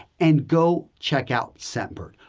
and go check out scentbird,